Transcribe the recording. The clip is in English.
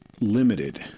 limited